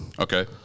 Okay